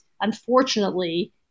unfortunately